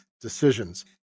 decisions